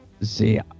see